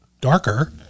darker